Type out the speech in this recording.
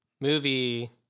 Movie